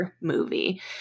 movie